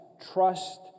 trust